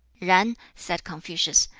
yen, said confucius,